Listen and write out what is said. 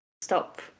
stop